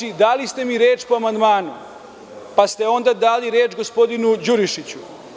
Dakle, dali ste mi reč po amandmanu, pa ste onda dali reč gospodinu Đurišiću.